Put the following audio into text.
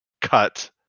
cut